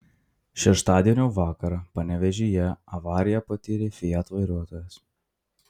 šeštadienio vakarą panevėžyje avariją patyrė fiat vairuotojas